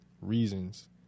reasons